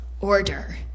order